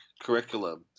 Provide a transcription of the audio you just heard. curriculum